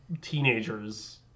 teenagers